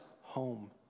home